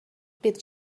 did